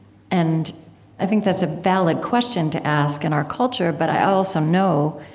and i think that's a valid question to ask in our culture, but i also know,